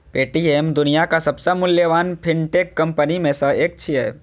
Paytm दुनियाक सबसं मूल्यवान फिनटेक कंपनी मे सं एक छियै